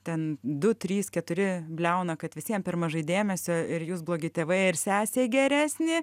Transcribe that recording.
ten du trys keturi bliauna kad visiem per mažai dėmesio ir jūs blogi tėvai ir sesė geresnė